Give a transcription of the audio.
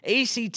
ACT